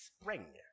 spring